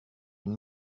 une